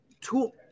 tool